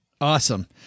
Awesome